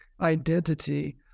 identity